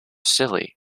silly